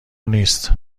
نیست